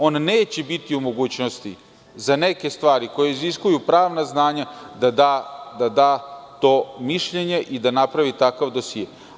On neće biti u mogućnosti za neke stvari koje iziskuju pravna znanja da da to mišljenje i da napravi takav dosije.